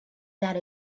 that